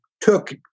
took